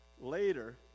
Later